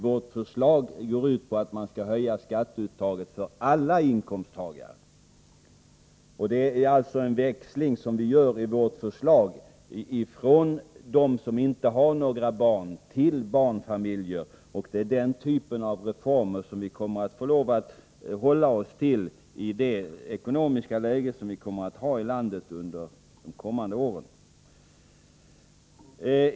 Vårt förslag innebär att man skall höja skatteuttaget för alla inkomsttagare. Det är en överföring som vi i vårt förslag gör från dem som inte har några barn till barnfamiljer. Det är denna typ av reformer som vi får lov att hålla oss till i det ekonomiska läge som kommer att råda i landet de närmaste åren.